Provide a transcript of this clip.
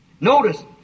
Notice